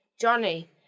Johnny